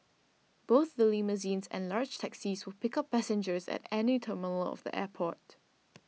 both the limousines and large taxis will pick up passengers at any terminal of the airport